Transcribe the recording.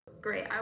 Great